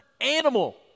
animal